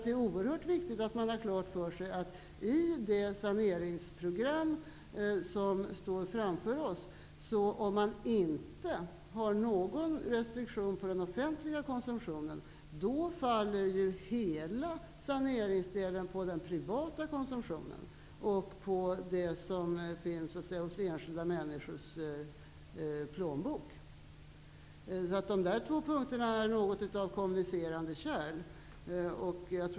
Det är oerhört viktigt att ha klart för sig att om det inte finns någon restriktion på den offentliga konsumtionen i det saneringsprogram vi har framför oss, faller hela saneringsdelen för den privata konsumtionen och för det som finns i enskilda människors plånböcker. De två punkterna är något av kommunicerande kärl.